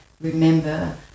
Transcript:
remember